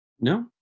No